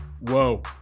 whoa